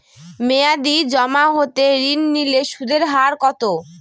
মেয়াদী জমা হতে ঋণ নিলে সুদের হার কত?